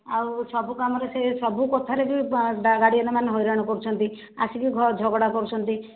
ଆଉ ସବୁ କାମରେ ସିଏ ସବୁ କଥାରେ ବି ଗାଡ଼ିଆନ୍ମାନେ ହଇରାଣ କରୁଛନ୍ତି ଆସିକି ଝଗଡ଼ା କରୁଛନ୍ତି